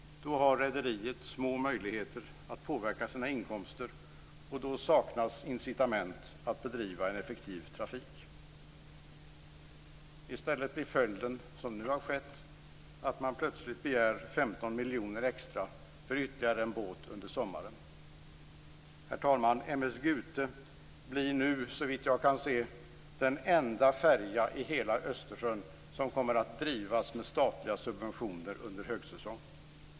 Då har rederiet små möjligheter att påverka sina inkomster och då saknas incitament att bedriva en effektiv trafik. I stället blir följden, som nu har skett, att man plötsligt begär 15 miljoner extra för ytterligare en båt under sommaren. Herr talman! M/S Gute blir nu, så vitt jag kan se, den enda färjan i hela Östersjön som kommer att drivas med statliga subventioner under högsäsong.